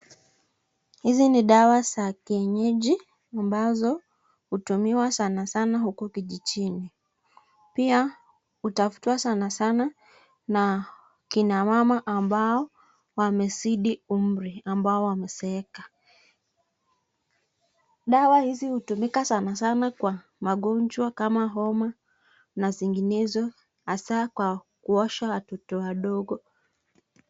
Hizi ni dawa za kienyeji ambazo hutumiwa sana sana huku kijijini. Pia hutafutwa sana sana na kina mama ambao wamezidi umri , ambao wamezeeka. Dawa hizi hutumika sana sana kwa magonjwa kama homa na zinginezo hasa Kwa kuosha watoto wadogo.